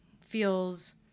feels